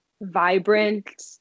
vibrant